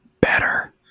better